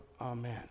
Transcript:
Amen